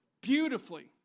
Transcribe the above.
beautifully